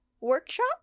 workshop